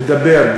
לדבר,